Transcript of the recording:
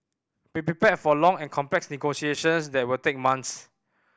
be prepared for long and complex negotiations that will take months